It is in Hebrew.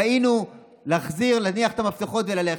טעינו, להניח, להחזיר את המפתחות וללכת.